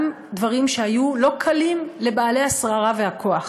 גם דברים שהיו לא קלים לבעלי השררה והכוח.